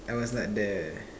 I was not there